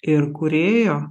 ir kūrėjo